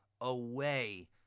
away